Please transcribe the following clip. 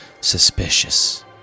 suspicious